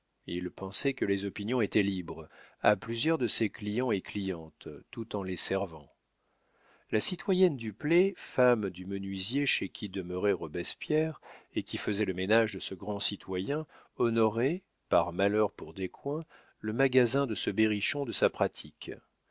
il pensait que les opinions étaient libres à plusieurs de ses clients et clientes tout en les servant la citoyenne duplay femme du menuisier chez qui demeurait roberspierre et qui faisait le ménage de ce grand citoyen honorait par malheur pour descoings le magasin de ce berrichon de sa pratique